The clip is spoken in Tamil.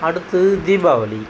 அடுத்தது தீபாவளி